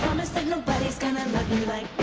nobody's gonna love me like